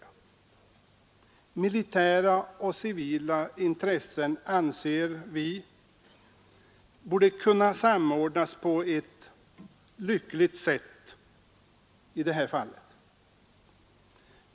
Vi anser att militära och civila intressen borde kunna samordnas på ett lyckligt sätt i detta fall.